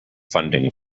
funding